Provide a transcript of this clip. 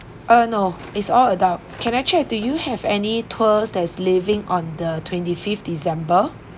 uh no it's all adult can I check do you have any tour that's leaving on the twenty fifth december